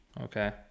Okay